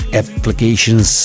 applications